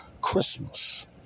Christmas